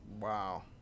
Wow